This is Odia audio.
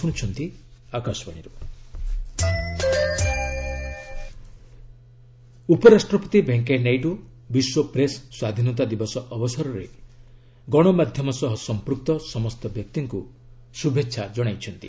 ପ୍ରେସ୍ ଫ୍ରିଡମ ଡେ ଉପରାଷ୍ଟ୍ରପତି ଭେଙ୍କେୟା ନାଇଡୁ ବିଶ୍ୱ ପ୍ରେସ୍ ସ୍ୱାଧୀନତା ଦିବସ ଅବସରରେ ଗଣମାଧ୍ୟମ ସହ ସମ୍ପ୍ରକ୍ତ ସମସ୍ତ ବ୍ୟକ୍ତିଙ୍କୁ ଶୁଭେଛା ଜଣାଇଛନ୍ତି